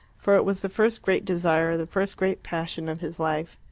for it was the first great desire, the first great passion of his life.